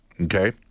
Okay